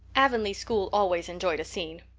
avonlea school always enjoyed a scene.